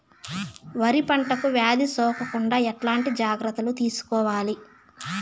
వరి పంటకు వ్యాధి సోకకుండా ఎట్లాంటి జాగ్రత్తలు తీసుకోవాలి?